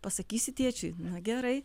pasakysi tėčiui na gerai